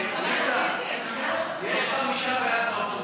יש חמישה בעד באופוזיציה.